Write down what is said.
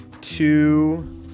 two